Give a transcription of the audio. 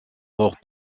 fort